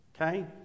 Okay